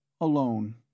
alone